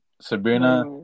Sabrina